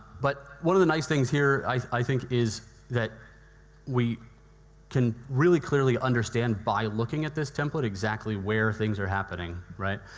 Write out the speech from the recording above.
but, one of the nice things i think is that we can really clearly understand by looking at this template exactly where things are happening, right?